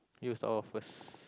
you start off first